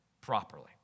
properly